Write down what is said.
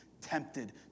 tempted